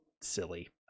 silly